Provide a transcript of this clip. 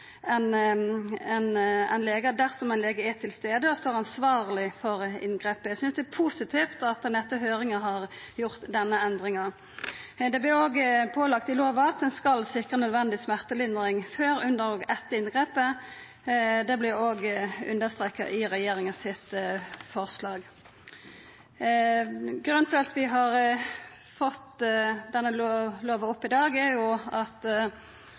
ein lege er til stades og står ansvarleg for inngrepet. Eg synest det er positivt at ein etter høyringa har gjort denne endringa.I lova vert ein òg pålagd å sikra nødvendig smertelindring før, under og etter inngrepet. Det blir òg understreka i regjeringas forslag. Grunnen til at vi har fått dette lovforslaget til behandling i dag, er jo at